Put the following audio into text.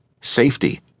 safety